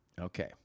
okay